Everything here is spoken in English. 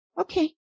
Okay